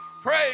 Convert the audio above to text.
Praise